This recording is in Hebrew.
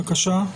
בבקשה.